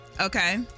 okay